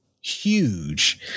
huge